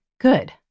good